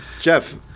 Jeff